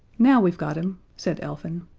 now we've got him, said elfin.